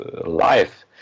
life